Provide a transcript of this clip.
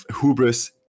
Hubris